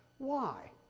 why,